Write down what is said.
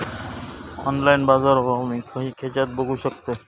Online बाजारभाव मी खेच्यान बघू शकतय?